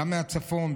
גם מהצפון,